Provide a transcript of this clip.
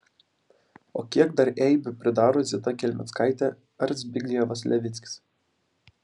o kiek dar eibių pridaro zita kelmickaitė ar zbignevas levickis